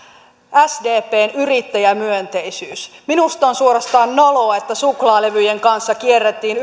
sdpn yrittäjämyönteisyys minusta on suorastaan noloa että suklaalevyjen kanssa kierrettiin